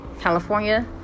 California